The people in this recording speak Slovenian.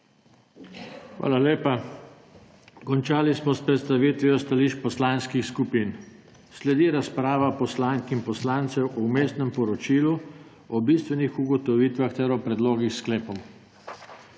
Hvala tudi vam. Končali smo s predstavitvijo stališč poslanskih skupin. Sledi razprava poslank in poslancev o vmesnem poročilu, o bistvenih ugotovitvah ter o